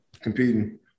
competing